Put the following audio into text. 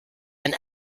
and